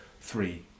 three